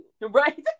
right